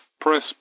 Press